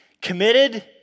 Committed